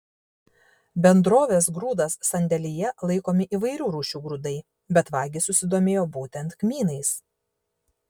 bendrovės grūdas sandėlyje laikomi įvairių rūšių grūdai bet vagys susidomėjo būtent kmynais